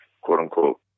quote-unquote